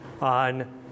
on